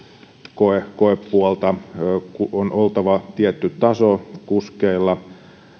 tätä koepuolta on oltava tietty taso kuskeilla